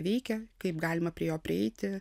veikia kaip galima prie jo prieiti